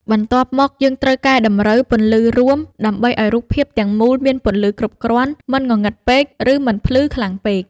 បន្ទាប់មក យើងត្រូវកែតម្រូវ ពន្លឺរួម ដើម្បីឱ្យរូបភាពទាំងមូលមានពន្លឺគ្រប់គ្រាន់ មិនងងឹតពេក ឬមិនភ្លឺខ្លាំងពេក។